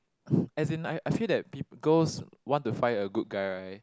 as in I I feel that peop~ girls want to find a good guy right